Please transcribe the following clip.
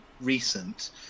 recent